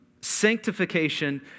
Sanctification